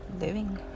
living